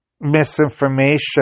misinformation